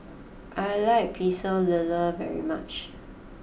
I like Pecel Lele very much